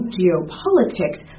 geopolitics